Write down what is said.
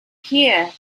here